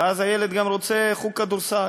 ואז הילד גם רוצה חוג כדורסל,